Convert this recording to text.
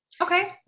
Okay